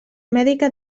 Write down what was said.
mèdica